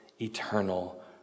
eternal